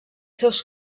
seus